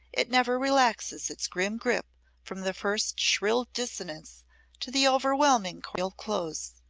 it never relaxes its grim grip from the first shrill dissonance to the overwhelming chordal close.